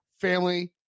family